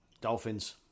Dolphins